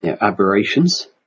aberrations